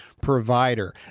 provider